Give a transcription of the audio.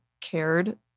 cared